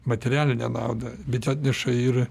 materialinę naudą bet atneša ir